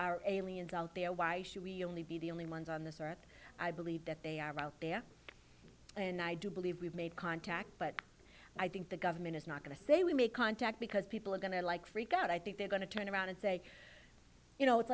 are aliens out there why should we only be the only ones on this earth i believe that they are out there and i do believe we've made contact but i think the government is not going to say we make contact because people are going to like freak out i think they're going to turn around and say you know it's